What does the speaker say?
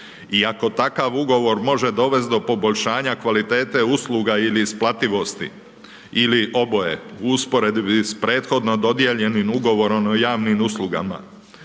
I ako takav ugovor može dovesti do poboljšanja kvalitete usluga ili isparljivosti ili oboje u usporedbi s prethodno dodijeljenim ugovorom o javnim uslugama.